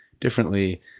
differently